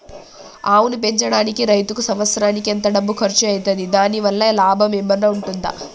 ఆవును పెంచడానికి రైతుకు సంవత్సరానికి ఎంత డబ్బు ఖర్చు అయితది? దాని వల్ల లాభం ఏమన్నా ఉంటుందా?